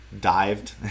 dived